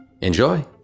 Enjoy